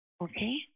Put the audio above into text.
Okay